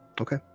Okay